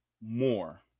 more